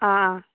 आसा